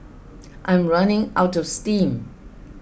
I'm running out of steam